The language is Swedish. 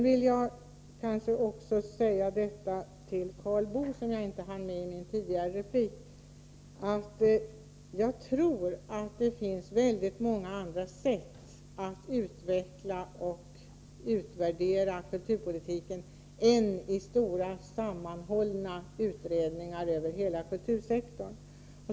Till Karl Boo vill jag, eftersom jag inte hann med det i min tidigare replik, säga att jag tror att det finns väldigt många andra sätt att utveckla och utvärdera kulturpolitiken på än stora sammanhållna utredningar över hela kultursektorn.